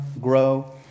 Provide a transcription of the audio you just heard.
grow